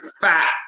fat